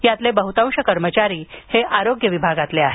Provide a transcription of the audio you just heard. यातील बहतांश कर्मचारी आरोग्य विभागातील आहेत